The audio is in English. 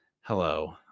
Hello